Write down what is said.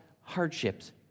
hardships